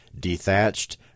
dethatched